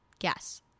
yes